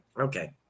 Okay